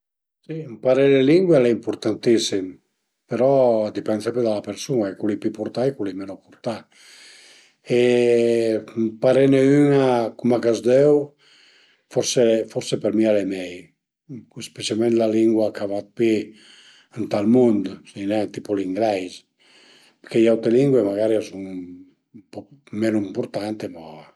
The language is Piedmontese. Ëmparé le lingue al e impurtantissim, però a dipend sempre da la persun-a, a ie cul li pi purtà e cul li menu purtà e ëmparene üna cuma ch'a s'döu forse forse për mi al e mei, specialment la lingua ch'a va dë pi ënt ël mund, sai nen, tipu l'ingleis perché i aute lingue magari a sun menu impurtante ma